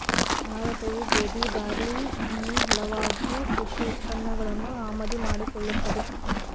ಭಾರತವು ಗೋಧಿ, ಬಾರ್ಲಿ ಇನ್ನೂ ಹಲವಾಗು ಕೃಷಿ ಉತ್ಪನ್ನಗಳನ್ನು ಆಮದು ಮಾಡಿಕೊಳ್ಳುತ್ತದೆ